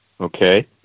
Okay